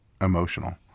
emotional